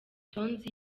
tonzi